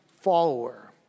follower